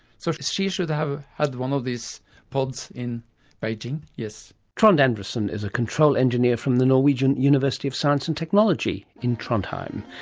so she should have had one of these pods in beijing, yes. trond andresen is a control engineer from the norwegian university of science and technology in trondheim,